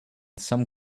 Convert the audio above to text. some